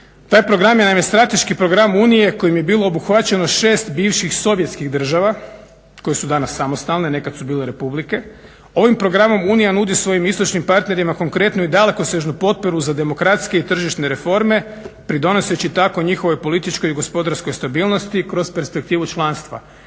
Taj program je naime strateški program Unije kojim je bilo obuhvaćeno 6 bivših sovjetskih država koje su danas samostalne, nekad su bile republike. Ovim programom Unija nudi svojim istočnim partnerima konkretnu i dalekosežnu potporu za demokratske i tržišne reforme pridonoseći tako njihovoj političkoj i gospodarskoj stabilnosti kroz perspektivu članstva.